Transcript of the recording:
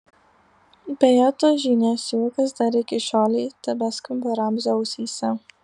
beje tos žynės juokas dar iki šiolei tebeskamba ramzio ausyse